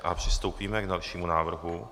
A přistoupíme k dalšímu návrhu.